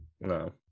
no